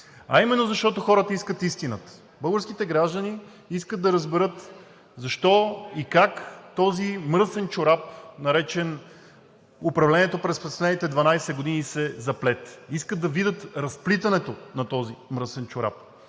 а именно защото хората искат истината. Българските граждани искат да разберат защо и как този мръсен чорап, наречен управлението през последните 12 години, се заплете, искат да видят разплитането на този мръсен чорап.